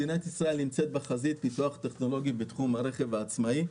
מדינת ישראל נמצאת בחזית פיתוח טכנולוגי של הרכב העצמאי.